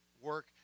work